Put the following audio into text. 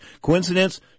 Coincidence